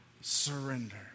surrender